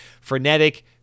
frenetic